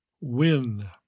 win